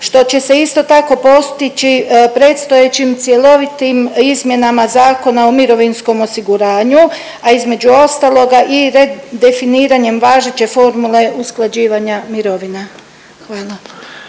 što će se isto tako postići predstojećim cjelovitim izmjenama Zakona o mirovinskom osiguranju, a između ostaloga i redefiniranjem važeće formule usklađivanja mirovina. Hvala.